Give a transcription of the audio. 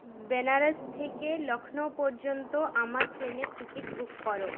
বেনারস থেকে লখনউ পর্যন্ত আমার ট্রেনের টিকিট বুক কর